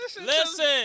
listen